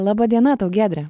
laba diena tau giedre